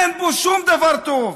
אין בו שום דבר טוב.